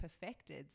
perfected